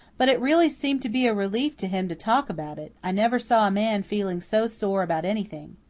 but it really seemed to be a relief to him to talk about it i never saw a man feeling so sore about anything.